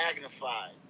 magnified